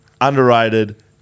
Underrated